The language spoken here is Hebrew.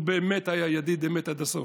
הוא באמת היה ידיד אמת עד הסוף.